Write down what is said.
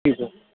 جی سر